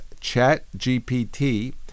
ChatGPT